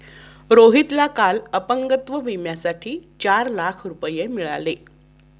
रोहितला काल अपंगत्व विम्यासाठी चार लाख रुपये मिळाले